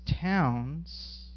towns